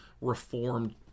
reformed